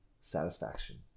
satisfaction